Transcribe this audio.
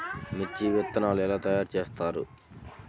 మిర్చి విత్తనాలు ఎలా తయారు చేస్తారు?